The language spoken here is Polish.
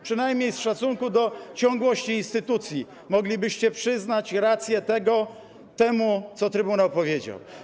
Przynajmniej z szacunku do ciągłości instytucji moglibyście przyznać rację temu, co trybunał powiedział.